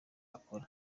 akora